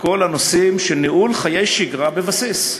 בכל הנושאים של ניהול חיי שגרה בבסיס.